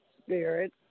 spirit